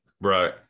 Right